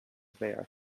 there